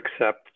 accept